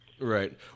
Right